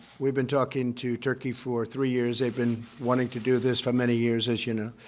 we've been talking to turkey for three years. they've been wanting to do this for many years, as you know.